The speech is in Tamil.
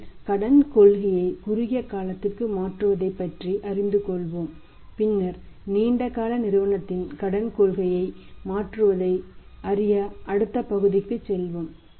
முதலில் கடன் கொள்கையை குறுகிய காலத்திற்கு மாற்றுவதைப் பற்றி அறிந்து கொள்வோம் பின்னர் நீண்ட கால நிறுவனத்தின் கடன் கொள்கை மாற்றத்தை அறிய அடுத்த பகுதிக்கு செல்வோம்